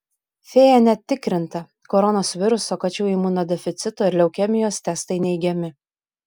fėja net tikrinta koronos viruso kačių imunodeficito ir leukemijos testai neigiami